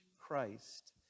Christ